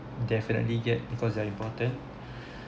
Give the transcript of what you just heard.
definitely get because they're are important